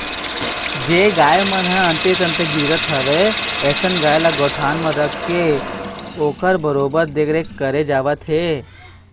जेन गाय मन ह अंते तंते गिजरत हवय अइसन गाय ल गौठान म रखके ओखर बरोबर देखरेख करे जावत हे